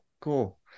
cool